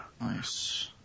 Nice